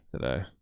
today